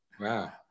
wow